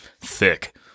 thick